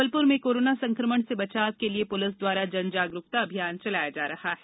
जबलपुर में कोरोना संक्रमण से बचाव के लिए पुलिस द्वारा जन जागरुकता अभियान चलाया जा रहा है